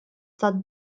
tad